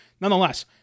Nonetheless